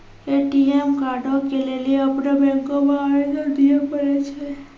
ATM कार्डो के लेली अपनो बैंको मे आवेदन दिये पड़ै छै